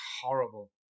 horrible